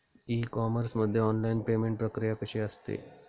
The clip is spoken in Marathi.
ई कॉमर्स मध्ये ऑनलाईन पेमेंट प्रक्रिया कशी असते?